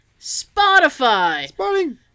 Spotify